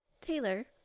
taylor